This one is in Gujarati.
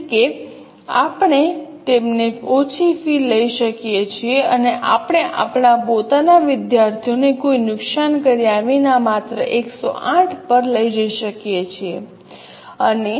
તેથી કે આપણે તેમને ઓછી ફી લઈ શકીએ છીએ અને આપણે આપણા પોતાના વિદ્યાર્થીઓને કોઈ નુકસાન કર્યા વિના માત્ર 108 પર લઈ શકીએ છીએ